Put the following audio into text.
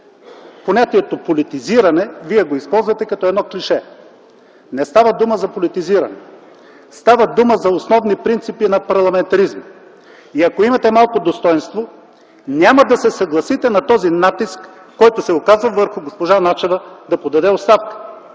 понятието „политизиране” като едно клише. Не става дума за политизиране, а за основни принципи на парламентаризма. Ако имате малко достойнство, няма да се съгласите на този натиск, който се оказва върху госпожа Начева, за да подаде оставка.